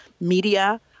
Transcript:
media